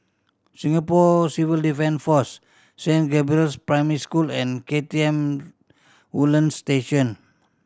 Singapore Civil Force Saint Gabriel's Primary School and K T M Woodlands Station